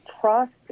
trust